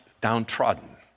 downtrodden